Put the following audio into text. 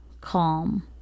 calm